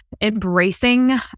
embracing